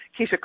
Keisha